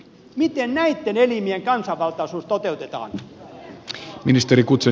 miten näitten elimien kansanvaltaisuus toteutetaan